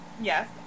Yes